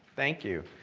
thank you.